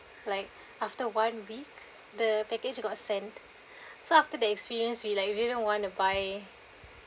like after one week the package got sent so after the experience we like we didn't want to buy